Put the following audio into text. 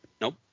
Nope